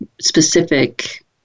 specific